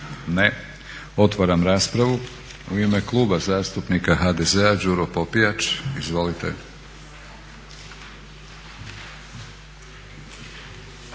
Ne. Otvaram raspravu. U ime Kluba zastupnika HDZ-a Đuro Popijač, izvolite.